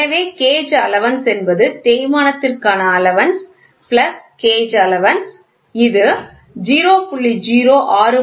எனவே gauge allowance என்பது தேய்மானத்திற்கான அலவன்ஸ் பிளஸ் கேஜ் அலவன்ஸ் இது 0